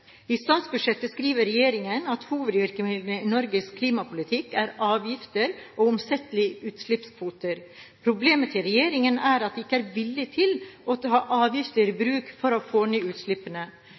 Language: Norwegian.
I statsbudsjettet skriver regjeringen at hovedvirkemidlene i Norges klimapolitikk er avgifter og omsettelige utslippskvoter. Problemet til regjeringen er at den ikke er villig til å ta avgiftene i